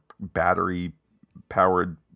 battery-powered